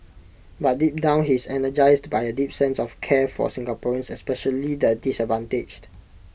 but deep down he is energised by A deep sense of care for Singaporeans especially the disadvantaged